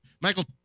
Michael